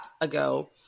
ago